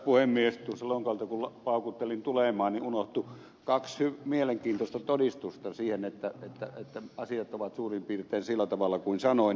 tuossa lonkalta kun paukuttelin tulemaan niin unohtui kaksi mielenkiintoista todistusta siitä että asiat ovat suurin piirtein sillä tavalla kuin sanoin